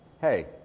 hey